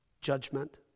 judgment